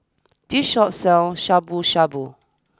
this Shop sells Shabu Shabu